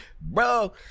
Bro